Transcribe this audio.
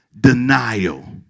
denial